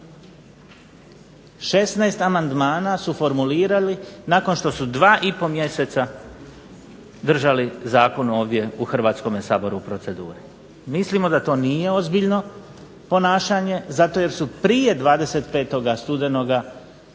16 amandmana su formulirali, nakon što su 2 i pol mjeseca držali zakon ovdje u Hrvatskome saboru u proceduri. Mislimo da to nije ozbiljno ponašanje, zato jer su prije 25. studenoga